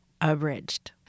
Abridged